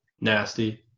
Nasty